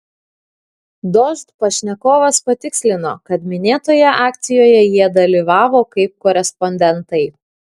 dožd pašnekovas patikslino kad minėtoje akcijoje jie dalyvavo kaip korespondentai